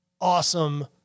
awesome